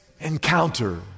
encounter